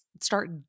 start